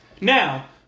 Now